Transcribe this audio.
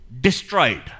destroyed